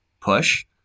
push